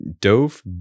dove